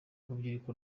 urubyiruko